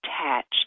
attached